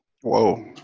Whoa